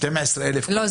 לא.